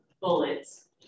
bullets